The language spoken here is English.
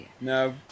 No